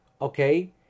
okay